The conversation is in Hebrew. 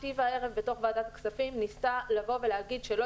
שתי וערב בתוך ועדת הכספים ניסתה לבוא ולהגיד שלא